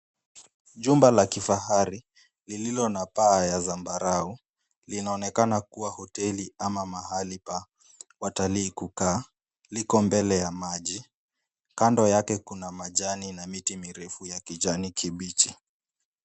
Jumba la kifahari lililo na paa ya zambarau, linaonekana kuwa hoteli ama mahali pa watalii kukaa, liko mbele ya maji. Kando yake kuna majani na miti mirefu ya kijani kibichi.